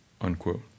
unquote